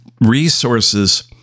resources